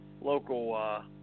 local